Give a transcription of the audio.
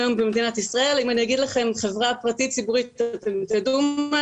אם יש שאלות על התכנית עצמה, אפשר לשאול אותה.